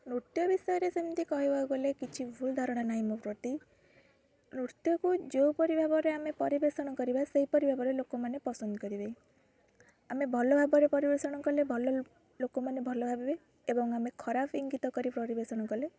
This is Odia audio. ନୃତ୍ୟ ବିଷୟରେ ସେମିତି କହିବାକୁ ଗଲେ କିଛି ଭୁଲ୍ ଧାରଣା ନାହିଁ ମୋ ପ୍ରତି ନୃତ୍ୟକୁ ଯେଉଁ ପରି ଭାବରେ ଆମେ ପରିବେଷଣ କରିବା ସେହିପରି ଭାବରେ ଲୋକମାନେ ପସନ୍ଦ କରିବେ ଆମେ ଭଲ ଭାବରେ ପରିବେଷଣ କଲେ ଲୋକମାନେ ଭଲ ଭାବିବେ ଏବଂ ଆମେ ଖରାପ ଇଙ୍ଗିତ କରି ପରିବେଷଣ କଲେ